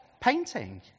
painting